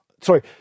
Sorry